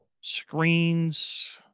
screens